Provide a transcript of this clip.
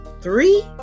three